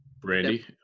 Brandy